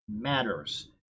matters